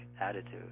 attitude